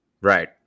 right